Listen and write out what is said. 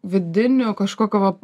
vidiniu kažkokio va